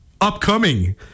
upcoming